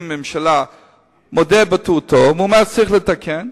ממשלה מודה בטעותו ואומר שצריך לתקן.